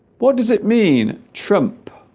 what does it mean trump